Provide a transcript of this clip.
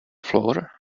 floor